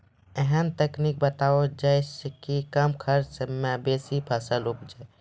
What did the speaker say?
ऐहन तकनीक बताऊ जै सऽ कम खर्च मे बेसी फसल उपजे?